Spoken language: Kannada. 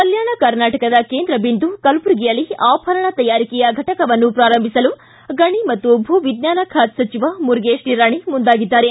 ಕಲ್ಕಾಣ ಕರ್ನಾಟಕದ ಕೇಂದ್ರ ಬಿಂದು ಕಲಬುರಗಿಯಲ್ಲಿ ಆಭರಣ ತಯಾರಿಕೆಯ ಫಟಕವನ್ನು ಪ್ರಾರಂಭಿಸಲು ಗಣಿ ಮತ್ತು ಭೂವಿಜ್ಞಾನ ಖಾತೆ ಸಚಿವ ಮುರುಗೇಶ್ ನಿರಾಣೆ ಮುಂದಾಗಿದ್ದಾರೆ